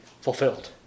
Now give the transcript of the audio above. fulfilled